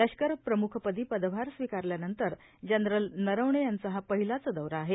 लष्कर प्रम्ख पदी पदभार स्विकारल्यानंतर जनरल नरवणे यांचा हा पहिलाच दौरा आहे